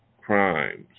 crimes